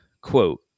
quote